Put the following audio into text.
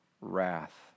wrath